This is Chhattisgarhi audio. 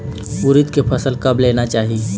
उरीद के फसल कब लेना चाही?